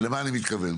למה אני מתכוון?